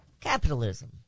capitalism